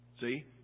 See